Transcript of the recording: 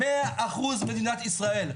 100% מדינת ישראל.